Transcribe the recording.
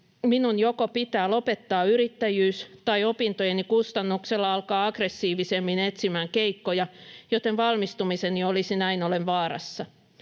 minun joko pitää lopettaa yrittäjyys tai opintojeni kustannuksella alkaa aggressiivisemmin etsimään keikkoja, joten valmistumiseni olisi näin ollen vaarassa.